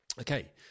Okay